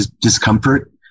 discomfort